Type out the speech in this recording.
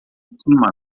cima